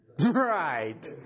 Right